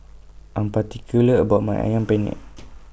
I Am particular about My Ayam Penyet